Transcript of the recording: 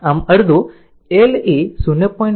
આમ અર્ધ L એ 0